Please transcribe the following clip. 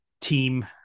team